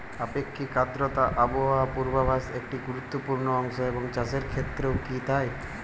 আপেক্ষিক আর্দ্রতা আবহাওয়া পূর্বভাসে একটি গুরুত্বপূর্ণ অংশ এবং চাষের ক্ষেত্রেও কি তাই?